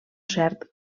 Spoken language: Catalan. cert